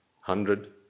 hundred